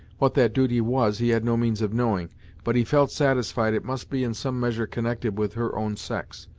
what that duty was, he had no means of knowing but he felt satisfied it must be in some measure connected with her own sex,